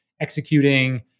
executing